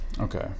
okay